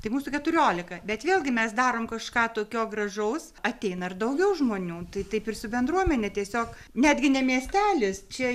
tai mūsų keturiolika bet vėlgi mes darom kažką tokio gražaus ateina ir daugiau žmonių tai taip ir su bendruomene tiesiog netgi ne miestelis čia